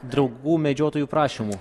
draugų medžiotojų prašymu